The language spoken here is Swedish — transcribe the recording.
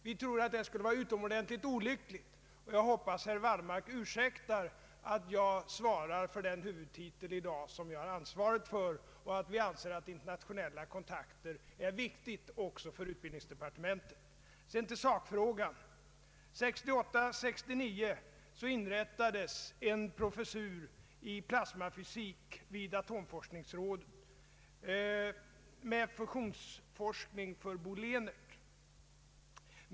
Vi tror att det skulle vara utomordentligt olyckligt, och jag hoppas att herr Wallmark ursäktar att jag i dag svarar för den huvudtitel som jag har ansvaret för och att vi anser att internationella kontakter är viktiga också för utbildningsdepartementet. Sedan till sakfrågan. Vid atomforskningsrådet inrättades budgetåret 1968/ 69 en professur i plasmafysik med fusionsforskning för Bo Lehnert.